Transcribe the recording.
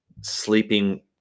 sleeping